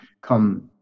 come